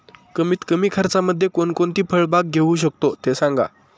कमीत कमी खर्चामध्ये कोणकोणती फळबाग घेऊ शकतो ते सांगा